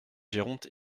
géronte